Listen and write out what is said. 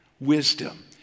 wisdom